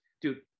dude